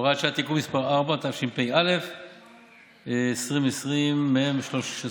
(הוראת שעה) (תיקון מס' 4), התשפ"א 2021, מ/1386.